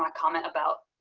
um comment about